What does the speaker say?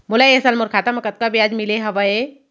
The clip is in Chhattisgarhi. मोला ए साल मोर खाता म कतका ब्याज मिले हवये?